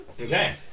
Okay